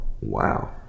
Wow